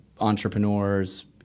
entrepreneurs